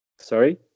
Sorry